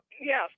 Yes